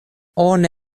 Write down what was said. oni